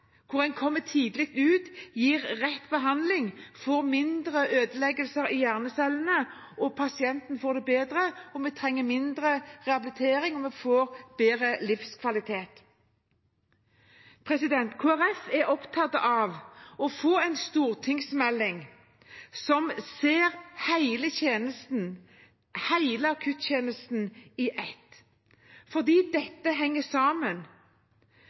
hvor en kommer tidlig ut, gir rett behandling, får færre ødeleggelser i hjernecellene. Pasienten får det bedre, trenger mindre rehabilitering og får bedre livskvalitet. Kristelig Folkeparti er opptatt av å få en stortingsmelding som ser hele akuttjenesten under ett, for dette henger sammen.